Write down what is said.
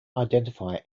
identify